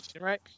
right